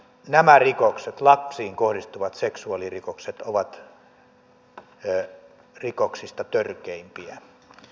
nämä lapsiin kohdistuvat seksuaalirikokset ovat rikoksista törkeimpiä